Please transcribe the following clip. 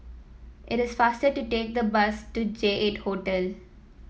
it is faster to take the bus to J eight Hotel